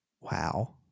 Wow